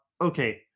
okay